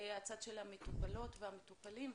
הצד של המטופלות והמטופלים,